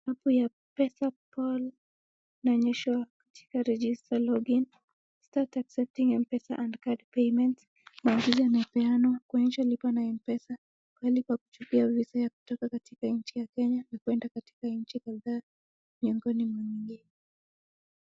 Hapo ya Pesapal ionyeshwa katika register login , start accepting M-Pesa and card payments . Magizo yanapeanwa kuonyesha lipa na M-Pesa pahali pakuchukuwa visa ya kutoka katika nchi ya Kenya na kwenda katika nchi kadhaa miongoni mwa mengine.